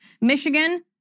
Michigan